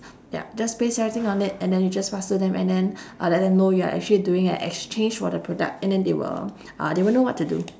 yup just paste everything on it and then you just pass to them and then uh let them know you're actually doing a exchange for the product and then they will uh they will know what to do